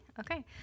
Okay